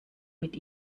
mit